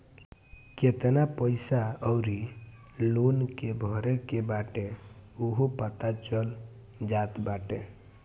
केतना पईसा अउरी लोन के भरे के बाटे उहो पता चल जात बाटे